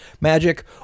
magic